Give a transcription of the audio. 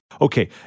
Okay